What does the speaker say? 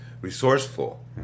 resourceful